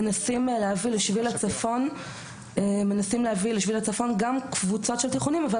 מנסים להביא לשביל הצפון גם קבוצות של תיכונים אבל